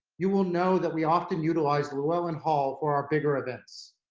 you will know that we often utilize llewellyn hall for our bigger events.